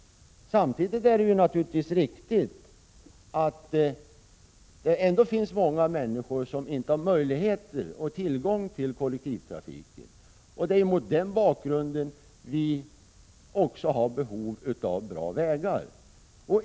Samtidigt är det naturligtvis riktigt att det ändå finns många människor som inte har tillgång till kollektivtrafik. Det är mot den bakgrunden som vi har behov av tillgång till bra vägar.